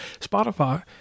Spotify